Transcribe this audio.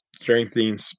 strengthening